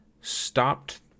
stopped